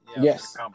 yes